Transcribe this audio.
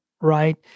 right